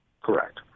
Correct